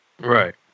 Right